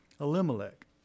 Elimelech